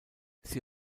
sie